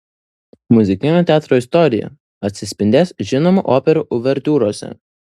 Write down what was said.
muzikinio teatro istorija atsispindės žinomų operų uvertiūrose